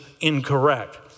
incorrect